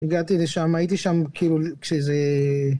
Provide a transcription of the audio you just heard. הגעתי לשם הייתי שם כאילו כשזה